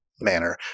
manner